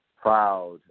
proud